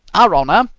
our honour,